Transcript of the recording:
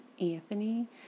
Anthony